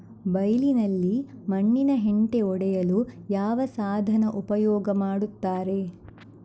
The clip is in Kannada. ಬೈಲಿನಲ್ಲಿ ಮಣ್ಣಿನ ಹೆಂಟೆ ಒಡೆಯಲು ಯಾವ ಸಾಧನ ಉಪಯೋಗ ಮಾಡುತ್ತಾರೆ?